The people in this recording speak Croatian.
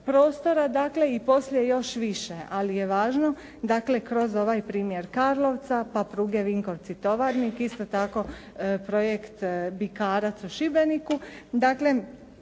prostora dakle i poslije još više, ali je važno dakle kroz ovaj primjer Karlovca pa pruge Vinkovci-Tovarnik, isto tako projekt Bikarac u Šibeniku, dakle